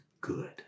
good